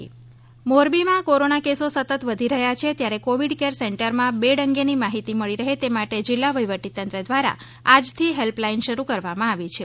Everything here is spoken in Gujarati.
કોરોના ફેલ્પલાઇન મોરબીમાં કોરોના કેસો સતત વધી રહ્યા છે ત્યારે કોવીડ કેર સેન્ટરમાં બેડ અંગેની માહિતી મળી રહે તે માટે જીલ્લા વહીવટી તંત્ર દ્વારા આજથી હેલ્પલાઈન શરૂ કરવામાં આવી છે